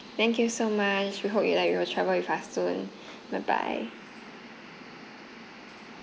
thank you so much we hope you like you will travel with us soon bye bye